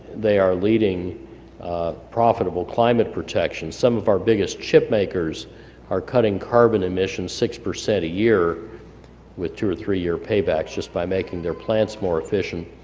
they are leading profitable climate protection. some of our biggest chip makers are cutting carbon emission six percent a year with two or three year paybacks just by making their plants more efficient.